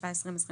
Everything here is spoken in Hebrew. התשפ"א - 2021